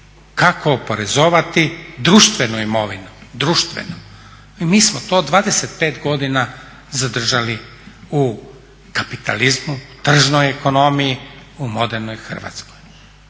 kako oporezovati društvenu imovinu. I mi smo to 25 godina zadržali u kapitalizmu, tržnoj ekonomiji, u modernoj Hrvatskoj.